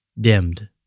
dimmed